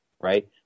right